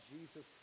Jesus